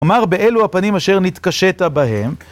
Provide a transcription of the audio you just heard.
אומר, באלו הפנים אשר נתקשטה בהם.